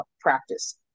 practice